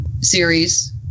series